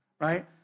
right